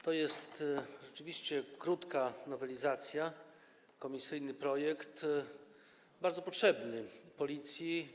To jest rzeczywiście krótka nowelizacja, komisyjny projekt bardzo potrzebny Policji.